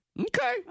Okay